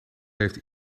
heeft